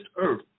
earth